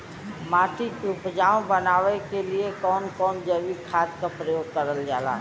माटी के उपजाऊ बनाने के लिए कौन कौन जैविक खाद का प्रयोग करल जाला?